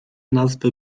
nazwy